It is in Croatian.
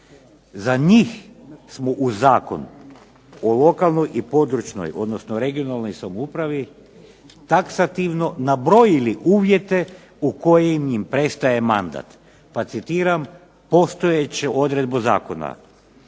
za njih smo u Zakonu o lokalnoj i područnoj, odnosno regionalnoj samoupravi taksativno nabrojali uvjete u kojim im prestaje mandat, pa citiram postojeću odredbu zakona: